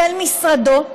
של משרדו,